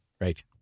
Right